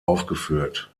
aufgeführt